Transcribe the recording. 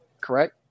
correct